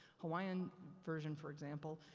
hawaiian version for example,